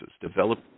develop